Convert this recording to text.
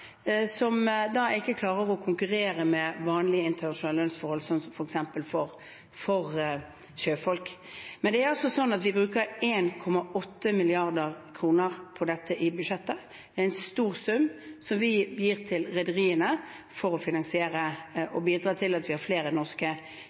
som ikke klarer å konkurrere med vanlige internasjonale lønnsforhold, som f.eks. for sjøfolk. Men det er altså slik at vi bruker 1,8 mrd. kr på dette i budsjettet. Det er en stor sum vi gir til rederiene for å finansiere